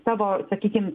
savo sakykim